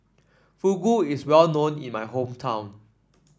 fugu is well known in my hometown